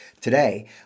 Today